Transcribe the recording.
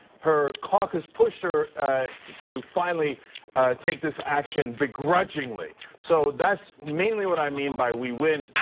her caucus pushed her to finally take this action begrudgingly. so, that's mainly what i mean by we win,